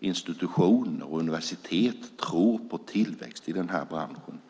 institutioner och universitet tror på tillväxt i den här branschen.